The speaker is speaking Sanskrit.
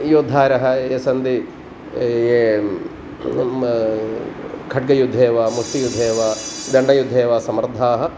योद्धारः ये सन्ति ये खड्गयुद्धे वा मुष्टियुद्धे वा दण्डयुद्धे वा समर्थाः